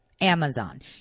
Amazon